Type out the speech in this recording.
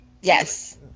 Yes